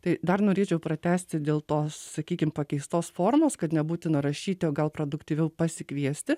tai dar norėčiau pratęsti dėl tos sakykim pakeistos formos kad nebūtina rašyti o gal produktyviau pasikviesti